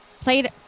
played